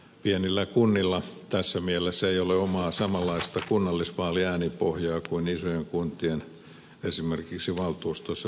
pienillä kunnilla tässä mielessä ei ole omaa samanlaista kunnallisvaaliäänipohjaa kuin isojen kuntien esimerkiksi valtuustoissa pitkään työskennelleillä